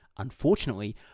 Unfortunately